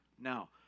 now